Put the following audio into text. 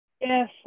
Yes